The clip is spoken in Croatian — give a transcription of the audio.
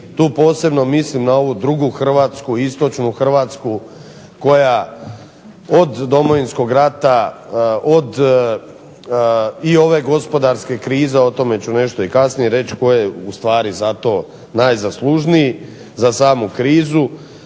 Tu posebno mislim na ovu drugu Hrvatsku, istočnu Hrvatsku koja od Domovinskog rata, od i ove gospodarske krize, o tome ću nešto i kasnije reći tko je ustvari za to najzaslužniji za samu krizu,